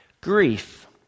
Grief